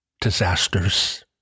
disasters